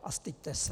A styďte se.